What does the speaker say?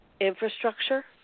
infrastructure